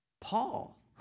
Paul